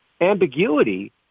ambiguity